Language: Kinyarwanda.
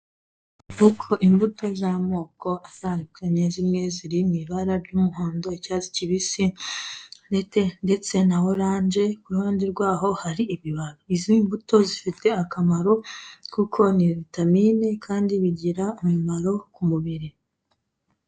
Imbuto zamoko atandukanye, zimwe ziri mu ibara ry'umuhondo, icyatsi kibisi ndetse na orange, kuruhande rwaho hari ibibabi. izi mbuto zifite umumaro kuko ni vitamin kandi igira akamaro kumubiri.